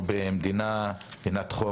אנחנו במדינת חוק,